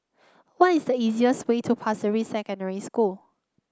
what is the easiest way to Pasir Ris Secondary School